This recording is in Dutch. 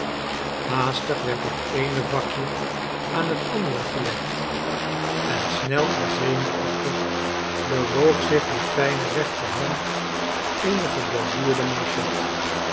haastig werd het eene vakje aan het andere gelegd en snel en zenuwachtig bewoog zich de fijne rechterhand in de geborduurde manchette